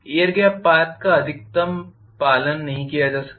air gap path का अधिक पालन नहीं किया जा सकेगा